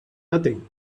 nothing